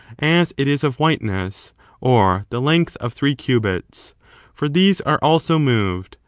as it is of whiteness or the length of three cubits for these are also moved,